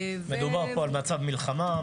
מדובר פה על מצב מלחמה,